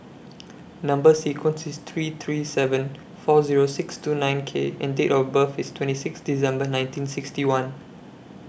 Number sequence IS three three seven four Zero six two nine K and Date of birth IS twenty six December nineteen sixty one